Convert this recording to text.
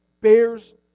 bears